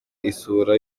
isura